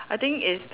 I think it's